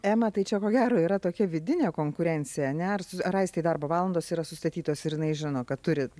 ema tai čia ko gero yra tokia vidinė konkurencija ane ar aistei darbo valandos yra sustatytos ir jinai žino kad turi